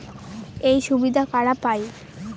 এই সুবিধা কারা পায়?